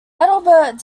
adalbert